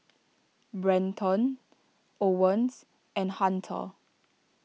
Brenton Owens and Hunter